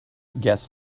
guest